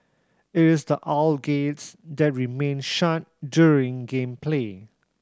it is the aisle gates that remain shut during game play